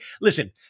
listen